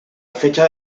fecha